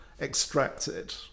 extracted